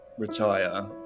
retire